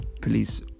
Police